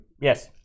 Yes